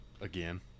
again